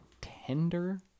tender